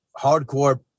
hardcore